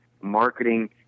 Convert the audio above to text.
marketing